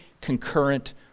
Concurrent